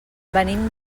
venim